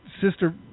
sister